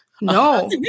no